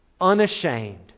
unashamed